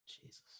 Jesus